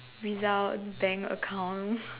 result bank account